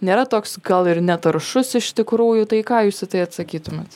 nėra toks gal ir netaršus iš tikrųjų tai ką jūs į tai atsakytumėt